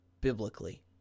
biblically